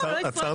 לא, לא הפרעתי.